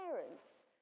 parents